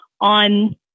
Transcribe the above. on